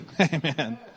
Amen